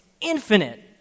infinite